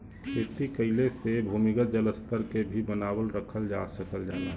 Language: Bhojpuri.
खेती कइले से भूमिगत जल स्तर के भी बनावल रखल जा सकल जाला